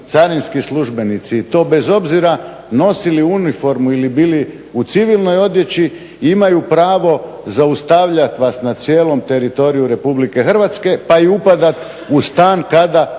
carinski službenici i to bez obzira nosili li uniformu ili bili u civilnoj odjeći imaju pravo zaustavljat vas na cijelom teritoriju RH pa i upadati u stan kada